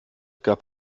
gab